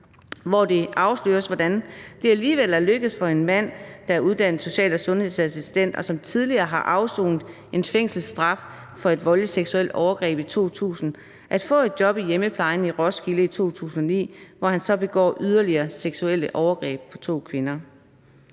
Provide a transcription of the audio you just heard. hvor det afsløres, hvordan det alligevel er lykkedes for en mand, der er uddannet social- og sundhedsassistent, og som tidligere har afsonet en fængselsstraf for et voldeligt seksuelt overgreb i 2000, at få et job i hjemmeplejen i Roskilde i 2009, hvor han så begår yderligere seksuelle overgreb på to kvinder.